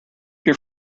your